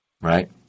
right